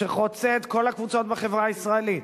שחוצה את כל הקבוצות בחברה הישראלית,